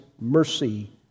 Mercy